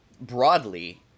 broadly